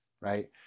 Right